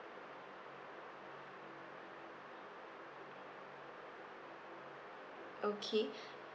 okay